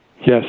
Yes